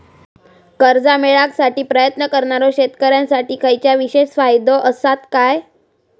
कर्जा मेळाकसाठी प्रयत्न करणारो शेतकऱ्यांसाठी खयच्या विशेष फायदो असात काय?